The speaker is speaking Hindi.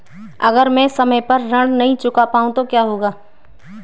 अगर म ैं समय पर ऋण न चुका पाउँ तो क्या होगा?